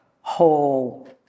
whole